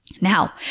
Now